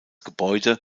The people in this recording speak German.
gebäude